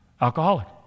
alcoholic